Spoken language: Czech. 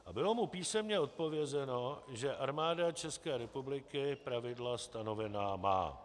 A bylo by mu písemně odpovězeno, že Armáda České republiky pravidla stanovená má.